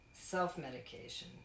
self-medication